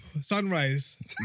Sunrise